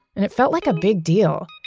and it felt like a big deal.